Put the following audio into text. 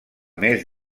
més